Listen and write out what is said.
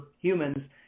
humans